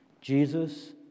Jesus